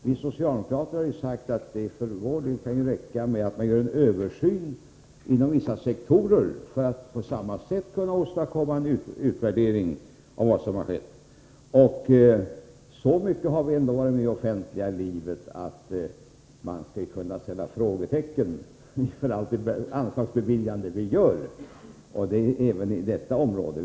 Vi socialdemokrater har sagt att det för vår del kan räcka med att man gör en översyn inom vissa sektorer för att på det sättet åstadkomma en utvärdering av vad som har skett. Och i så stor utsträckning har vi ändå varit med i det offentliga livet, att vi vet att man skall kunna sätta frågetecken för allt anslagsbeviljande. Det gäller även på detta område.